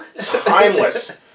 timeless